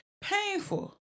painful